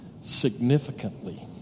significantly